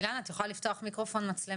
למעשה אילנה תצדיק, בהמשך